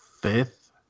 fifth